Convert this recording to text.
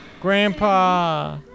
Grandpa